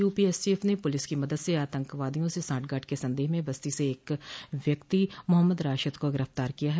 UP STF ने police की मदद से आतंकियों से साठगांठ के संदेह में बस्ती से एक व्यक्ति मोहम्मद राशिद को गिरफ्तार किया है